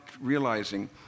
realizing